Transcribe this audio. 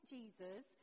Jesus